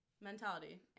mentality